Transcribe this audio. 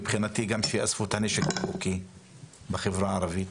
מבחינתי גם שיאספו את הנשק החוקי בחברה הערבית,